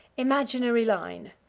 imaginary line.